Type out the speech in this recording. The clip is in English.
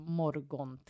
morgon